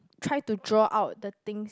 try to draw out the things